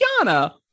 Tiana